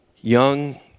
young